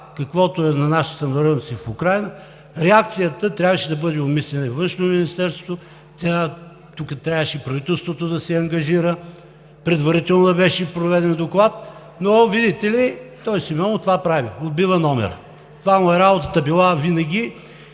каквото е за нашите сънародници в Украйна. Реакцията трябваше да бъде обмислена във Външно министерство, тук трябваше и правителството да се ангажира, предварително да беше преведен Докладът, но, видите ли, той – Симеонов, това прави – отбива номера. Това му е била винаги